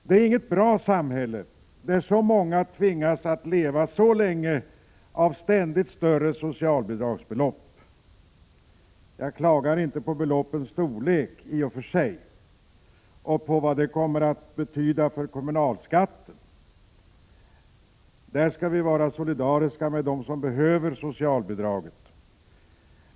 Det är inget bra samhälle där så många tvingas att leva så länge på ständigt större socialbidragsbelopp. Jag klagar inte på beloppens storlek i och för sig och på vad det kommer att betyda för kommunalskatten, där skall vi vara solidariska med dem som behöver socialbidraget.